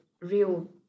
real